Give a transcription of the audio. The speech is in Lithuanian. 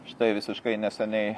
štai visiškai neseniai